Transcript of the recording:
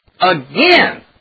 again